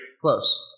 Close